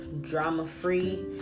drama-free